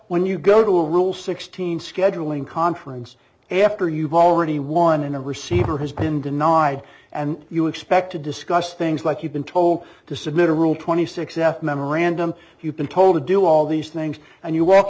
when you go to a rule sixteen scheduling conference after you've already won in a receiver has been denied and you expect to discuss things like you've been told to submit a rule twenty six f memorandum you've been told to do all these things and you walk